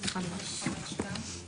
הצבעה לא אושר.